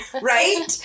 right